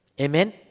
Amen